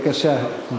בבקשה.